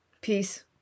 Peace